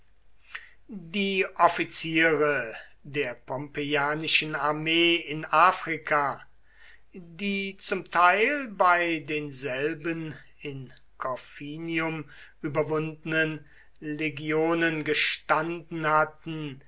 die offiziere der pompeianischen armee in afrika die zum teil bei denselben in corfinium überwundenen legionen gestanden hatten